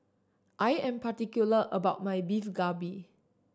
I am particular about my Beef Galbi